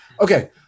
Okay